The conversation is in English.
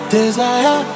desire